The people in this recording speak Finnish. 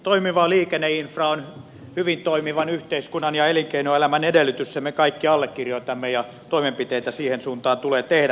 toimiva liikenneinfra on hyvin toimivan yhteiskunnan ja elinkeinoelämän edellytys sen me kaikki allekirjoitamme ja toimenpiteitä siihen suuntaan tulee tehdä